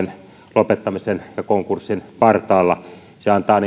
lopettamisen ja konkurssin partaalla se antaa